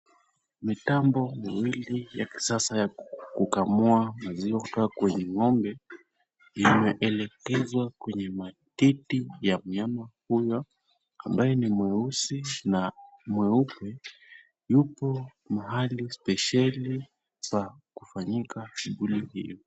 Mitambo miwili ya kisasa ya kukamua maziwa kutoka kwenye ng'ombe imeelekezwa kwenye matiti ya mnyama huyo ambaye ni mweusi na mweupe, yuko mahali spesheli pa kufanyika shughuli hii.